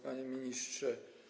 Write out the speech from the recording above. Panie Ministrze!